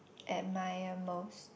admire most